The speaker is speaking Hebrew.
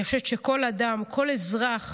אני חושבת שכל אדם, כל אזרח